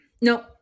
No